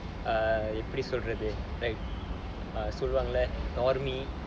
err எப்படி சொல்றது சொல்வாங்கல:eppadi solrathu solvaangala normy